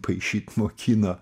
paišyt mokino